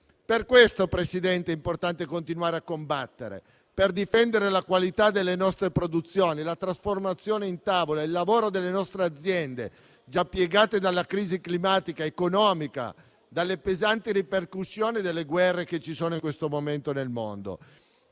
Per questo, signora Presidente, è importante continuare a combattere per difendere la qualità delle nostre produzioni, la trasformazione in tavola, il lavoro delle nostre aziende già piegate dalla crisi climatica ed economica, dalle pesanti ripercussioni delle guerre che ci sono in questo momento nel mondo.